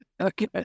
Okay